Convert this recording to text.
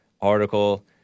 article